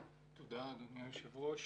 תודה, אדוני היושב ראש.